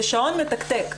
זה שעון מתקתק.